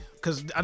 Cause